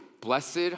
blessed